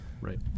right